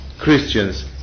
Christians